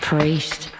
Priest